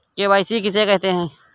KYC किसे कहते हैं?